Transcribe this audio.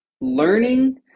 learning